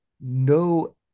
no